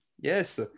Yes